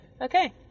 Okay